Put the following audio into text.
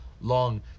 Long